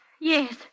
Yes